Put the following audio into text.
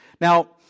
Now